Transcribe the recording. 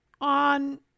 on